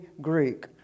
Greek